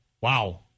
Wow